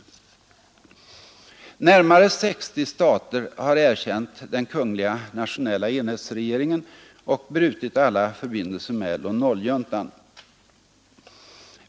Närmare 60 stater har erkänt GRUNC, den kungliga nationella enhetsregeringen, och brutit alla förbindelser med Lon Nol-juntan.